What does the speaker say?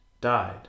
died